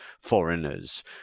foreigners